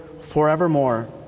forevermore